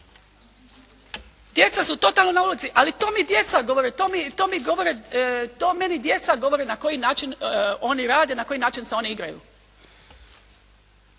Djeca su totalno na ulici. Ali to mi djeca govore. To mi govore, to meni djeca govore na koji način oni rade, na koji način se oni igraju.